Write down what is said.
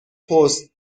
پست